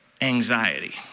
anxiety